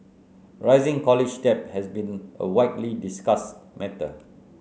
rising college debt has been a widely discussed matter